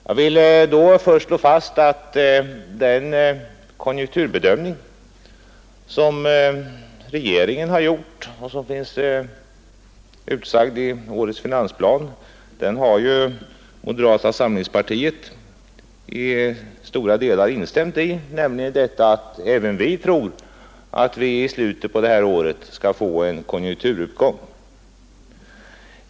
Jag vill då först slå fast att den konjunkturbedömning som regeringen har gjort och som finns utsagd i årets finansplan har moderata samlingspartiet i stora delar instämt i. Även vi tror nämligen att vårt land i slutet av det här året kan få en konjunkturuppgång.